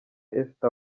esther